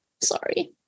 Sorry